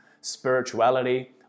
spirituality